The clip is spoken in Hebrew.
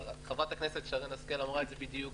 חברת הכנסת שרן השכל אמרה את זה בדיוק.